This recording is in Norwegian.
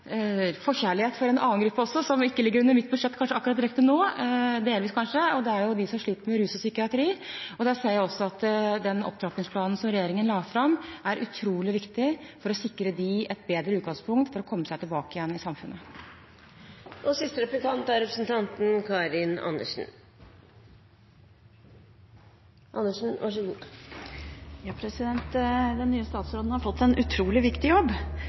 forkjærlighet for en annen gruppe også, som ikke ligger direkte under mitt budsjett nå, men kanskje delvis, og det er de som sliter med rus og psykiatri. I den sammenheng ser jeg at den opptrappingsplanen som regjeringen la fram, er utrolig viktig for å sikre dem et bedre utgangspunkt for å komme seg tilbake i samfunnet. Den nye statsråden har fått en utrolig viktig jobb,